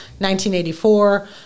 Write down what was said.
1984